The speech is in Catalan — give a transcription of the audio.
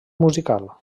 musical